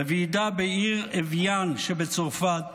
בוועידה בעיר אוויאן שבצרפת,